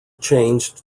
changed